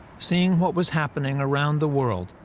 seeing what was happening around the world,